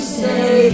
say